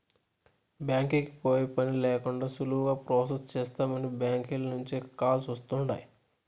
బ్యాంకీకి పోయే పనే లేకండా సులువుగా ప్రొసెస్ చేస్తామని బ్యాంకీల నుంచే కాల్స్ వస్తుండాయ్